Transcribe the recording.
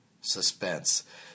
suspense